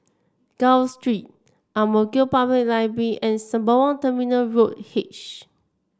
Gul Street Ang Mo Kio Public Library and Sembawang Terminal Road H